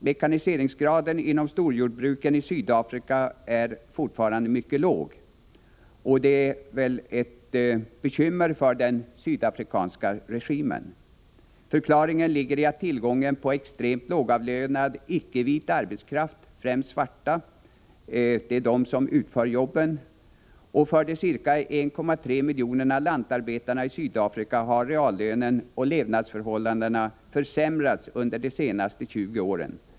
Mekaniseringsgraden inom storjordbruken i Sydafrika är fortfarande mycket låg, och det är ett bekymmer för den sydafrikanska regimen. Förklaringen ligger i tillgången på extremt lågavlönad icke-vit arbetskraft, främst svarta, som utför jobben. För de ca 1,3 miljonerna lantarbetare i Sydafrika har reallönen och levnadsförhållandena försämrats under de senaste 20 åren.